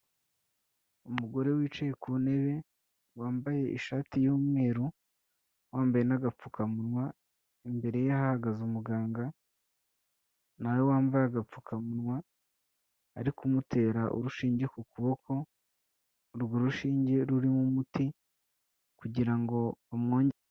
Umugore wicaye ku ntebe wambaye ishati yumweru wambaye'gapfukamunwa imbere ye ahagaze umuganga nawe wambaye agapfukamunwa ari kumutera urushinge ku kubokorwo rushinge rurimo umuti kugira ngo bamwonge